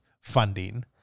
funding